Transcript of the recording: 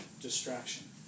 Distraction